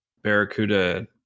Barracuda